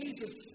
Jesus